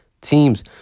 teams